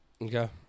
Okay